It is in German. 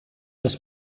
das